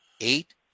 eight